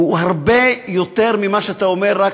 הוא הרבה יותר ממה שאתה אומר,